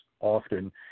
often